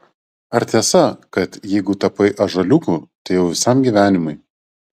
ar tiesa kad jeigu tapai ąžuoliuku tai jau visam gyvenimui